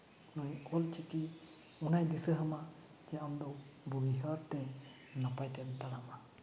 ᱱᱩᱭ ᱚᱞ ᱪᱤᱠᱤ ᱚᱱᱟᱭ ᱫᱤᱥᱟᱹ ᱟᱢᱟ ᱡᱮ ᱟᱢᱫᱚ ᱵᱩᱜᱤ ᱰᱟᱦᱟᱨ ᱛᱮ ᱱᱟᱯᱟᱭ ᱛᱮᱢ ᱛᱟᱲᱟᱢᱟ